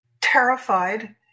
terrified